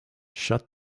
shut